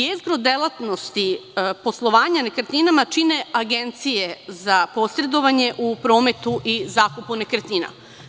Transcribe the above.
Jezgro delatnosti poslovanja nekretninama čine agencije za posredovanje u prometu i zakupu nekretnina.